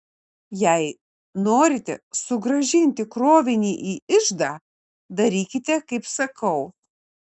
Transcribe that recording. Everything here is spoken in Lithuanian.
jei norite sugrąžinti krovinį į iždą darykite kaip sakau